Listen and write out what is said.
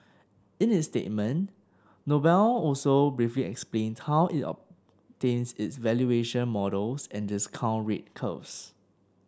in its statement Noble also briefly explained how it obtains its valuation models and discount rate curves